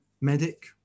medic